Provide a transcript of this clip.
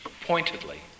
Pointedly